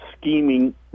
scheming